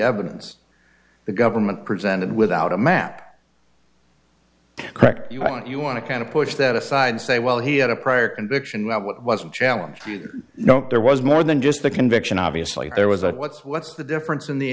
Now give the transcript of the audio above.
evidence the government presented without a map correct you haven't you want to kind of push that aside say well he had a prior conviction that what was a challenge you know there was more than just the conviction obviously there was a what's what's the difference in the